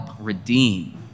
redeem